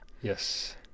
Yes